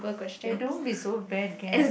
eh don't be so bad can